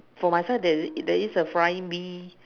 for my side there's there's a flying bee